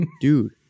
dude